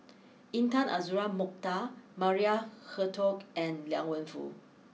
Intan Azura Mokhtar Maria Hertogh and Liang Wenfu